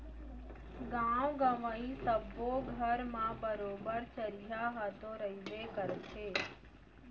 गॉंव गँवई सब्बो घर म बरोबर चरिहा ह तो रइबे करथे